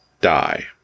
die